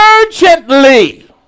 urgently